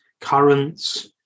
currents